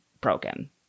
broken